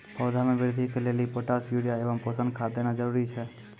पौधा मे बृद्धि के लेली पोटास यूरिया एवं पोषण खाद देना जरूरी छै?